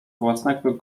własnego